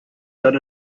set